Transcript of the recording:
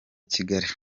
kigali